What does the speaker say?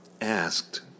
asked